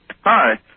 Hi